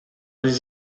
les